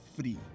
free